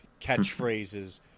catchphrases